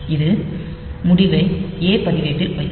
இது முடிவை A பதிவேட்டில் வைக்கும்